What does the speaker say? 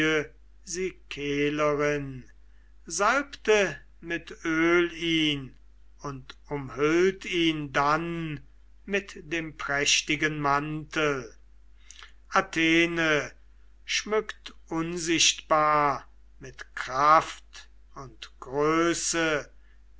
salbte mit öl ihn und umhüllt ihn dann mit dem prächtigen mantel athene schmückt unsichtbar mit kraft und größe